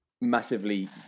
massively